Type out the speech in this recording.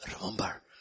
Remember